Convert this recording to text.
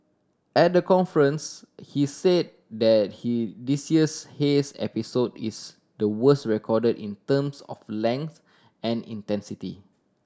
at the conference he say that he this year's haze episode is the worse recorded in terms of length and intensity